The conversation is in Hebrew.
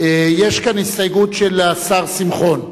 יש כאן הסתייגות של השר שמחון.